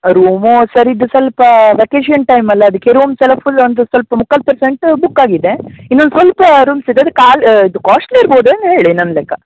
room sir ಇದು ಸ್ವಲ್ಪ vacation ಟೈಮಲ್ಲಾ ಅದಕ್ಕೆ ರೂಮ್ಸ್ ಎಲ್ಲ ಫುಲ್ ಒಂದು ಸ್ವಲ್ಪ ಮುಕ್ಕಾಲು ಪರ್ಸೆಂಟ್ ಬುಕ್ ಆಗಿದೆ ಇನ್ನೊಂದು ಸ್ವಲ್ಪ ರೂಮ್ಸ್ ಇದೆ ಅದು ಕಾಲು ಅದು ಕಾಸ್ಟ್ಲಿ ಇರ್ಬೋದು ಹೇಳಿ ನನ್ನ ಲೆಕ್ಕ